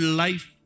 life